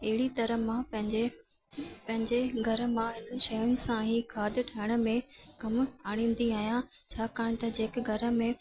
अहिड़ी तरह मां पंहिंजे घर मां शयुनि सां ई खाधु ठाहिण में कमु आणींदी आहियां छाकाणि त जेके घर में